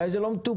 אולי זה לא מטופל.